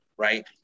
Right